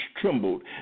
trembled